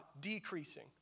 decreasing